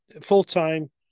full-time